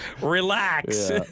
Relax